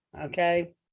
okay